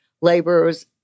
laborers